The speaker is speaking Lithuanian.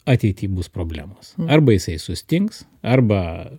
ateity bus problemos arba jisai sustings arba